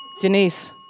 Denise